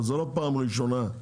זאת לא פעם ראשונה.